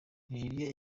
nigeria